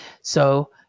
so